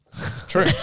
True